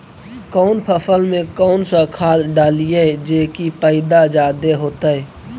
कौन फसल मे कौन सा खाध डलियय जे की पैदा जादे होतय?